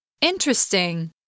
Interesting